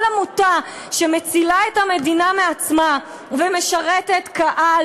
כל עמותה שמצילה את המדינה מעצמה ומשרתת קהל